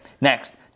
next